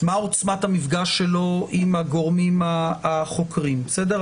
מה עוצמת המפגש שלו עם הגורמים החוקרים, בסדר?